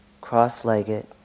cross-legged